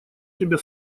тебя